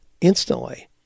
instantly